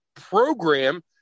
program